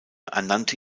ernannte